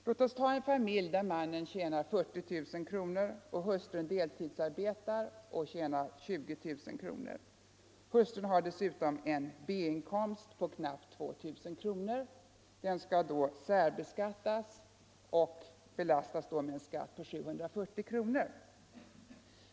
Låt oss ta en familj där mannen tjänar 40 000 kronor och hustrun deltidsarbetar med en inkomst av 20 000 kronor. Hustrun har dessutom en B-inkomst på knappt 2000 kronor, som skall särbeskattas och då belastas med en skatt av 740 kronor.